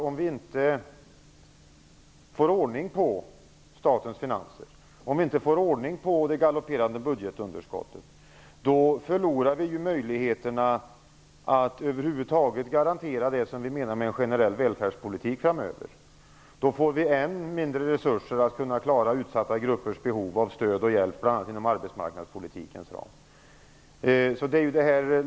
Om vi inte får ordning på statens finanser och det galopperande budgetunderskottet förlorar vi möjligheten att framöver över huvud taget garantera det som vi menar med en generell välfärdspolitik. Då får vi än mindre resurser att kunna klara utsatta gruppers behov av stöd och hjälp, bl.a. inom arbetsmarknadspolitikens ram.